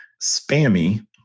spammy